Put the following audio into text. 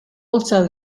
also